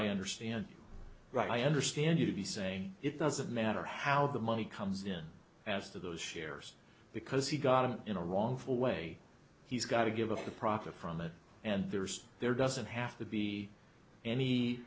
i understand right i understand you to be saying it doesn't matter how the money comes in as to those shares because he got it in a wrongful way he's got to give a for profit from it and there's there doesn't have to be any